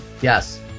Yes